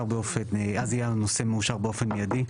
אז יהיה הנושא מאושר באופן מיידי'.